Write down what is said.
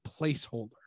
placeholder